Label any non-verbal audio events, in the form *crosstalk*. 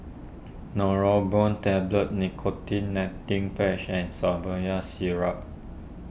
Neurobion Tablets Nicotine *unintelligible* Patch and *unintelligible* Syrup